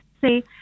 say